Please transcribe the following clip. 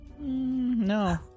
No